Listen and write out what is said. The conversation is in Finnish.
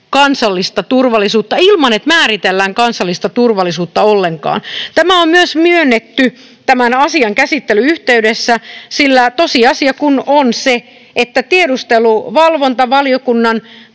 kansallista turvallisuutta ilman, että määritellään kansallista turvallisuutta ollenkaan. Tämä on myös myönnetty tämän asian käsittelyn yhteydessä, sillä tosiasia on se, että tiedusteluvalvontavaliokunnan